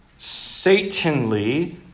satanly